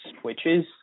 switches